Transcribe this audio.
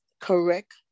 correct